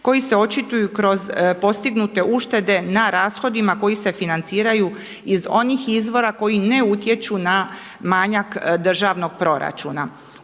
koji se očituju kroz postignute uštede na rashodima koji se financiraju iz onih izvora koji ne utječu na manjak državnog proračuna